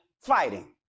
fighting